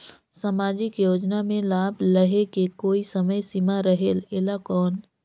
समाजिक योजना मे लाभ लहे के कोई समय सीमा रहे एला कौन?